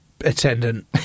attendant